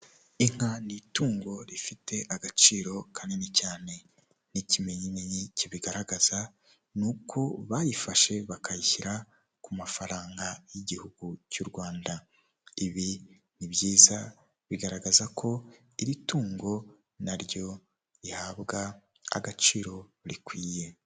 Umuhanda ni igikorwaremezo gifasha abantu bose mu buzima bwabo bwa buri munsi turavuga abamotari, imodoka ndetse n'abandi bantu bawukoresha mu buryo busanzwe burabafasha mu bikorwa byabo bya buri munsi.